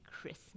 Christmas